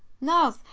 No